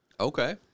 Okay